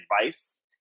advice